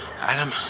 Adam